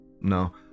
no